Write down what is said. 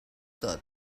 tot